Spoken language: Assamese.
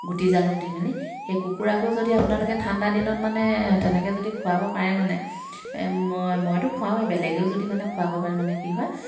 গুটি জালুক দি মেলি সেই কুকুৰাকো যদি আপোনালোকে ঠাণ্ডা দিনত মানে তেনেকৈ যদি খোৱাব পাৰে মানে মই মইতো খোৱাওঁৱেই বেলেগেও যদি মানে খুৱাব পাৰে মানে কি হয়